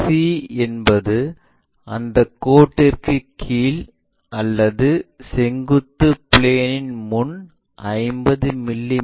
c என்பது அந்தக் கோட்டிற்குக் கீழ் அல்லது செங்குத்து பிளேனின் முன் 50 மி